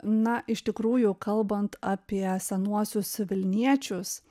na iš tikrųjų kalbant apie senuosius vilniečius